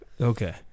Okay